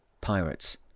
Pirates